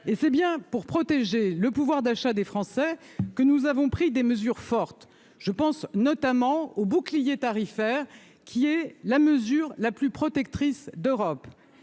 Et c'est bien pour protéger le pouvoir d'achat des Français que nous avons pris des mesures fortes. Je pense notamment au bouclier tarifaire, mesure la plus protectrice d'Europe.